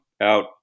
out